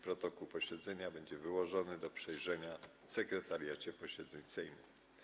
Protokół posiedzenia będzie wyłożony do przejrzenia w Sekretariacie Posiedzeń Sejmu.